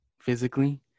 physically